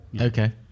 Okay